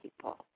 people